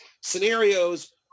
scenarios